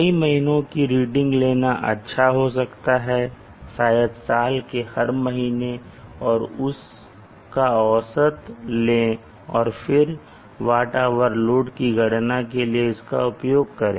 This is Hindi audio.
कई महीनों की रीडिंग लेना अच्छा हो सकता है शायद साल के हर महीने और उस का औसत लें और फिर WH load की गणना के लिए इसका उपयोग करें